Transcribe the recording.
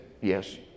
yes